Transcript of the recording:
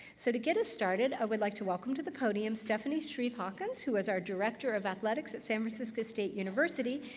so to get us started, i would like to welcome to the podium stephanie shrieve-hawkins, who is our director of athletics at san francisco state university,